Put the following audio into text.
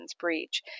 breach